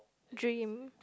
dream